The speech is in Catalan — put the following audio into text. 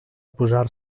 posar